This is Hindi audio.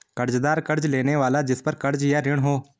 कर्ज़दार कर्ज़ लेने वाला जिसपर कर्ज़ या ऋण हो